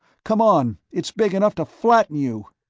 come on it's big enough to flatten you!